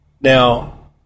Now